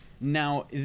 Now